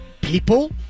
People